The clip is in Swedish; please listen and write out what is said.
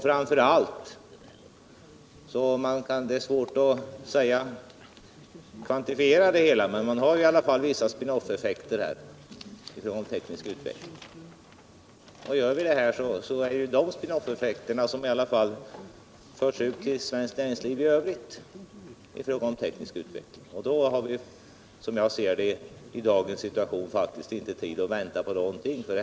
Framför allt — det är svårt att kvantifiera det hela — når man i alla fall vissa spinn-off-effekter i fråga om teknisk utveckling. Gör vi så här, förs de spinn-off-effekterna ut till svenskt näringsliv i övrigt i fråga om teknisk utveckling. Vi har i dagens situation faktiskt inte tid att vänta på någonting.